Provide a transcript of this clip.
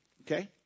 Okay